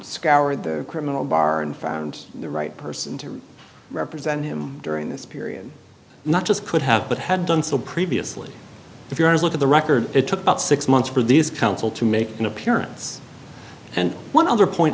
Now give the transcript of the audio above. scoured the criminal bar and found the right person to represent him during this period not just could have but had done so previously if you look at the record it took about six months for these counsel to make an appearance and one other point